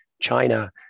China